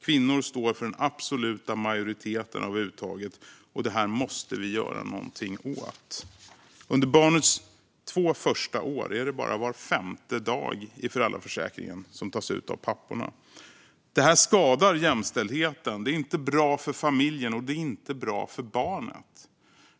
Kvinnor står för den absoluta majoriteten av de uttagna dagarna. Det här måste vi göra någonting åt. Under barnets två första år är det bara var femte dag i föräldraförsäkringen som tas ut av papporna. Det här skadar jämställdheten. Det är inte bra för familjen, och det är inte bra för barnet.